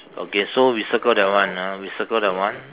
okay so we circle that one ah we circle that one